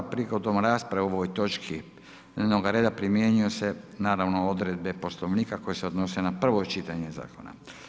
Prigodom rasprave o ovoj točki dnevnog reda primjenjuju se odredbe Poslovnika koje se odnose na prvo čitanje zakona.